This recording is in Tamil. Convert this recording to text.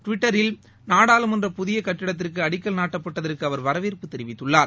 டுவிட்டரில் நாடாளுமன்ற புதிய கட்டிடத்திற்கு அடிக்கல் நாட்டப்பட்டதற்கு அவர் வரவேற்பு தெரிவித்துள்ளார்